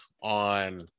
on